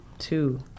Two